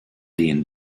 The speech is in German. den